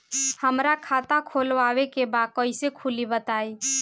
हमरा खाता खोलवावे के बा कइसे खुली बताईं?